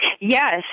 Yes